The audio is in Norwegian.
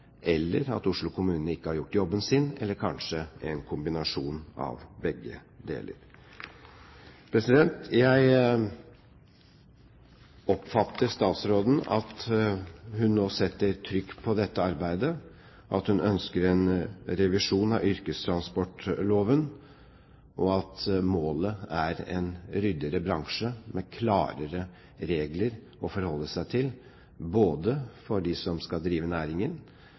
eller at Oslo kommune ikke har gjort jobben sin, eller kanskje en kombinasjon av begge deler. Jeg oppfatter statsråden slik at hun nå setter trykk på dette arbeidet, at hun ønsker en revisjon av yrkestransportloven, og at målet er en ryddigere bransje med klarere regler å forholde seg til, både for dem som skal drive næringen